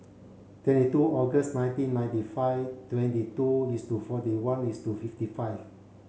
twenty two August nineteen ninety five twenty two is to forty one is to fifty five